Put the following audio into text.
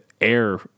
air